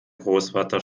großvater